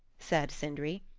said sindri,